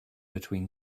between